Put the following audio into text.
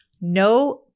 no